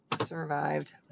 survived